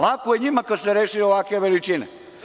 Lako je njima kada su se rešili ovakve veličine.